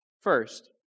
first